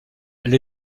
elle